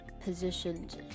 positioned